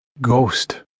Ghost